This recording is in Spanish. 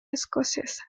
escocesa